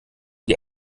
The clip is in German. die